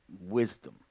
wisdom